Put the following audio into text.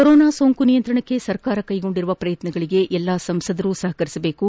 corona ಸೋಂಕು ನಿಯಂತ್ರಣಕ್ಕೆ ಸರ್ಕಾರ ಕೈಗೊಂಡಿರುವ ಪ್ರಯತ್ನಗಳಿಗೆ ಎಲ್ಲಾ ಸಂಸದರು ಸಹಕರಿಸಬೇಕು